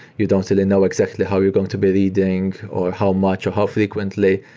you don't really know exactly how you're going to be reading, or how much, or how frequently,